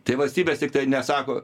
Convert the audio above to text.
tai valstybės tiktai nesako